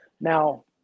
now